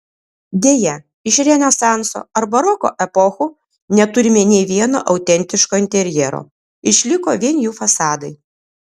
deja iš renesanso ar baroko epochų neturime nė vieno autentiško interjero išliko vien jų fasadai